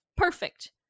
perfect